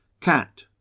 Cat